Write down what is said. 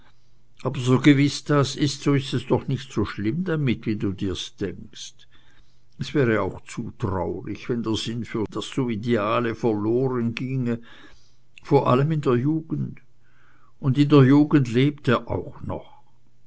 aber so gewiß das ist so ist es doch nicht so schlimm damit wie du dir's denkst es wäre auch zu traurig wenn der sinn für das ideale verlorenginge vor allem in der jugend und in der jugend lebt er auch noch